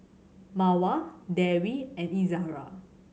Mawar Dewi and Izara